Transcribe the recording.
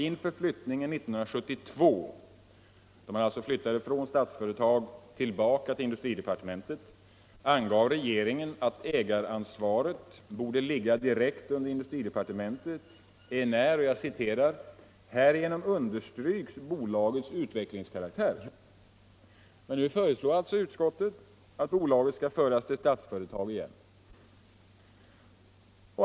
Inför flyttningen 1972, då man alltså flyttade från Statsföretag tillbaka till industridepartementet, angav regeringen att ägaransvaret borde ligga direkt under industridepartementet, enär ”härigenom understryks bolagets utvecklingskaraktär”. Nu föreslår utskottet att bolaget skall föras till Statsföretag igen.